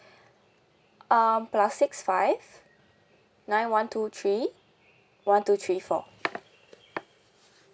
um plus six five nine one two three one two three four